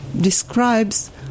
describes